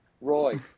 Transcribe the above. Roy